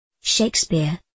Shakespeare